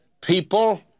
people